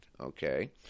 okay